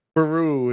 Peru